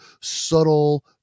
subtle